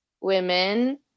women